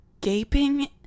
gaping